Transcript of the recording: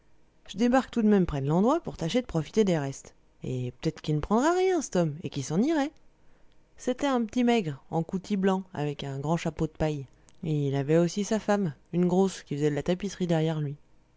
je débarque tout de même près de l'endroit pour tâcher de profiter des restes et peut-être qu'il ne prendrait rien c't homme et qu'il s'en irait c'était un petit maigre en coutil blanc avec un grand chapeau de paille il avait aussi sa femme une grosse qui faisait de la tapisserie derrière lui